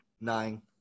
nine